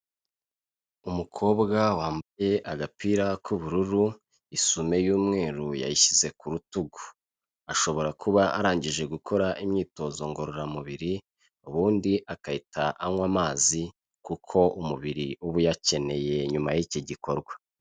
Umukobwa wambaye agapira k'ubururu, isume y'umweru yayishyize ku rutugu. Ashobora kuba arangije gukora imyitozo ngororamubiri, ubundi agahita anywa amazi kuko umubiri uba uyakeneye nyuma y'iki gikorwa.